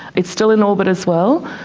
it's still in orbit as well.